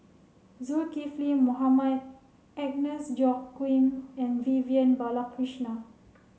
Zulkifli Mohamed Agnes Joaquim and Vivian Balakrishnan